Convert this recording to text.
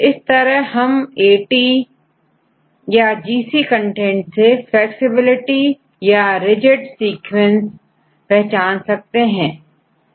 इस तरह हमAT याGC कंटेन से फ्लैक्सिबल या rigid सीक्वेंस पहचान सकते हैं